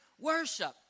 worship